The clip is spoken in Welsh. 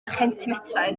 chentimetrau